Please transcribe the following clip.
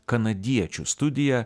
kanadiečių studija